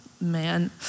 man